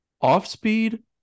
Off-speed